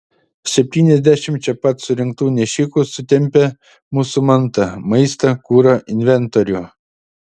septyniasdešimt čia pat surinktų nešikų sutempia mūsų mantą maistą kurą inventorių